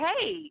hey